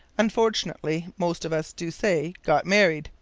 unfortunately most of us do say, got married,